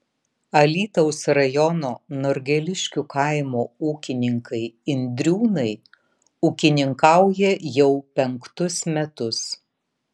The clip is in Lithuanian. alytaus rajono norgeliškių kaimo ūkininkai indriūnai ūkininkauja jau penktus metus